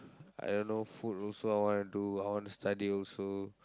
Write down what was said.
I don't know food also I wanna do I wanna study also